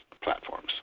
platforms